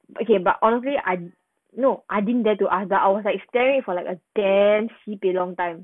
okay but honestly I know I didn't dare to ask I was like staring for like a damn sibei long time